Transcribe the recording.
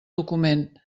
document